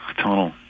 tunnel